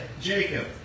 Jacob